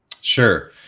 Sure